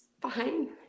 fine